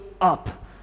up